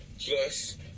Plus